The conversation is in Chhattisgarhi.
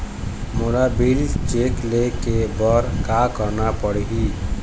मोला बिल चेक ले हे बर का करना पड़ही ही?